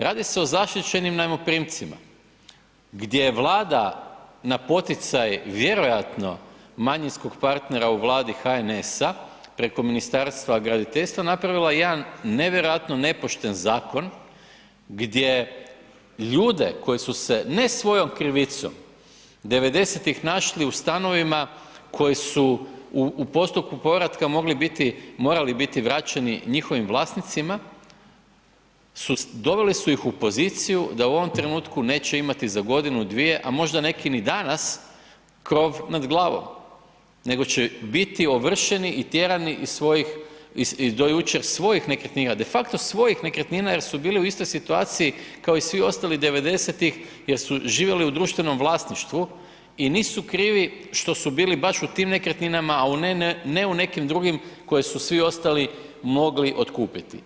Radi se o zaštićenim najmoprimcima gdje Vlada na poticaj vjerojatno manjinskog partnera u Vladi HNS-a preko Ministarstva graditeljstva napravila jedan nevjerojatno nepošten zakon gdje ljude koji su se ne svojom krivicom 90-tih našli u stanovima koji su u postupku povratka morali biti vraćeni njihovim vlasnicima, doveli su ih u poziciju da u ovom trenutku neće imati za godinu dvije, a možda neki ni danas, krov nad glavom, nego će biti ovršeni i tjerani iz svojih, do jučer svojih nekretnina, defakto svojih nekretnina jer su bili u istoj situaciji kao i svi ostali 90-tih jer su živjeli u društvenom vlasništvu i nisu krivi što su bili baš u tim nekretninama, a ne u nekim drugim koje su svi ostali mogli otkupiti.